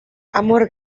amor